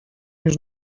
już